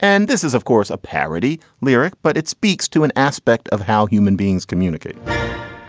and this is, of course, a parody lyric, but it speaks to an aspect of how human beings communicate